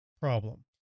problem